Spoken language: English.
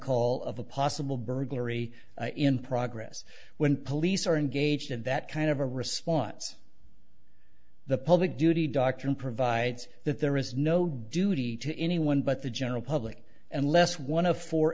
of a possible burglary in progress when police are engaged in that kind of a response the public duty doctrine provides that there is no duty to anyone but the general public unless one of four